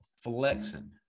flexing